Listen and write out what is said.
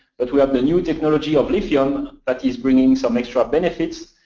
but we have the new technology of lithium that is bringing some extra benefits,